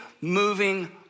moving